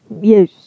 Yes